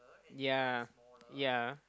yea yea